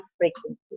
frequency